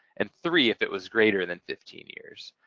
and three if it was greater than fifteen years.